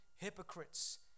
Hypocrites